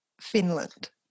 Finland